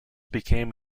became